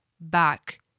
back